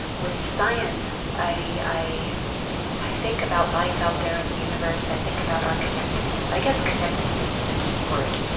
with science, i i think about life out there in the universe i think about our connectedness. i guess connectedness is a key word.